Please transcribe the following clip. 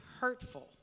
hurtful